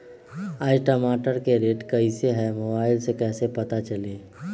आज टमाटर के रेट कईसे हैं मोबाईल से कईसे पता चली?